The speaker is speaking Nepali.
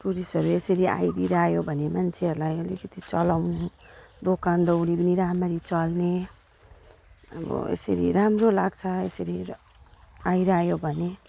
टुरिस्टहरू यसरी आइदिइ रह्यो भने मान्छेहरूलाई अलिकति चलाउनु दोकान दौडी पनि राम्ररी चल्ने अब यसरी राम्रो लाग्छ यसरी आइरह्यो भने